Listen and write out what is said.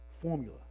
formula